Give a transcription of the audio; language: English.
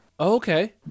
okay